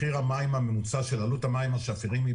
מחיר המים הממוצע של עלות המים השפירים היא